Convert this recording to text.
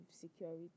security